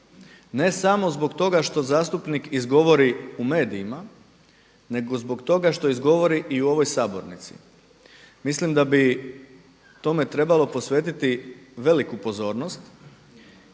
Ne samo zbog toga što zastupnik izgovori u medijima nego zbog toga što izgovori i u ovoj sabornici. Mislim da bi tome trebalo posvetiti veliku pozornost